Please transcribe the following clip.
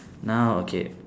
now okay